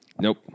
Nope